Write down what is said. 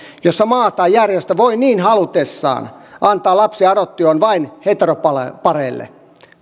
jossa maa tai järjestö voi niin halutessaan antaa lapsia adoptioon vain heteropareille